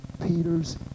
Peter's